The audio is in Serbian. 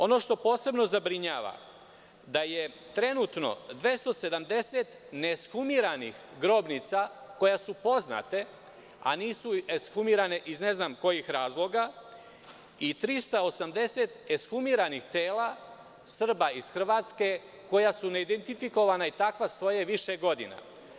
Ono što posebno zabrinjava, jeste da je trenutno 270 neeshumiranih grobnica koje su poznate, a nisu eshumirane iz ne znam kojih razloga, kao i 380 eshumiranih tela Srba iz Hrvatske koja su neidentifikovana i takva stoje više godina.